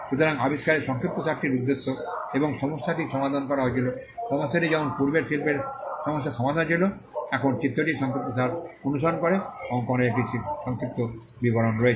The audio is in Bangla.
সুতরাং আবিষ্কারের সংক্ষিপ্তসারটির উদ্দেশ্য এবং সমস্যাটি সমাধান করা হয়েছিল সমস্যাটি যেমন পূর্বের শিল্পে সমস্যার সমাধান হয়েছিলe এখন চিত্রটির সংক্ষিপ্তসার অনুসরণ করে অঙ্কনের একটি সংক্ষিপ্ত বিবরণ রয়েছে